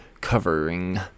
covering